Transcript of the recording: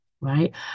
right